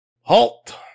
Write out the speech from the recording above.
halt